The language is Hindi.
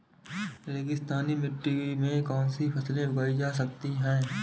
रेगिस्तानी मिट्टी में कौनसी फसलें उगाई जा सकती हैं?